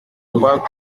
crois